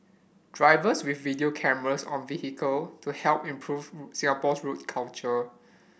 drivers with video cameras on vehicle to help improve Singapore's road culture